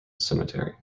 cemetery